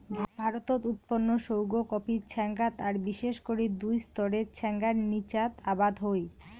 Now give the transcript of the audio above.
ভারতত উৎপন্ন সৌগ কফি ছ্যাঙাত আর বিশেষ করি দুই স্তরের ছ্যাঙার নীচাত আবাদ হই